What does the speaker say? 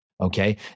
Okay